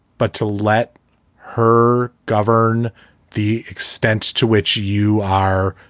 but to let her govern the extent to which you are